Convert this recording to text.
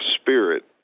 spirit